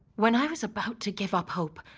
when i was about to give up hope,